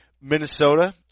Minnesota